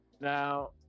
Now